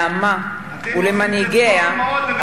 לעמה ולמנהיגיה,